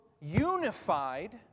unified